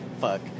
fuck